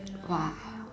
!wah!